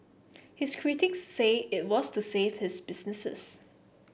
his critics say it was to save his businesses